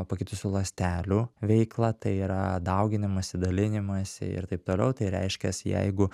pakitusių ląstelių veiklą tai yra dauginimąsi dalinimąsi ir taip toliau tai reiškias jeigu